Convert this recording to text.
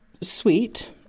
sweet